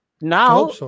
now